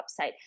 website